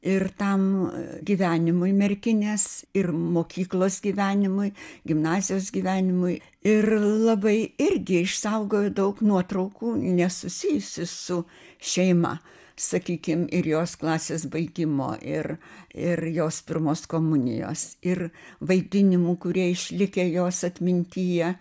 ir tam gyvenimui merkinės ir mokyklos gyvenimui gimnazijos gyvenimui ir labai irgi išsaugojo daug nuotraukų nesusijusių su šeima sakykim ir jos klasės baigimo ir ir jos pirmos komunijos ir vaidinimų kurie išlikę jos atmintyje